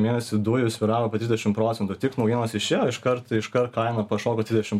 mėnesį dujų svyravo apie trisdešim procentų tik naujienos išėjo iškart iškart kaina pašoko dvidešim